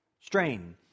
strain